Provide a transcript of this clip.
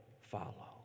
follow